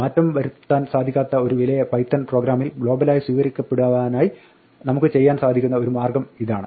മാറ്റം വരുത്തുവാൻ സാധിക്കാത്ത ഒരു വിലയെ ഒരു പൈത്തൺ പ്രോഗ്രമിൽ ഗ്ലോബലായി സ്വീകരിക്കപ്പെടുവാനായി നമുക്ക് ചെയ്യുവാൻ സാധിക്കുന്ന ഒരു മാർഗ്ഗം ഇതാണ്